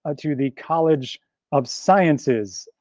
ah to the college of sciences.